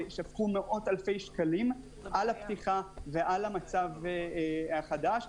שפכו מאות אלפי שקלים על הפתיחה ועל המצב החדש.